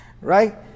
Right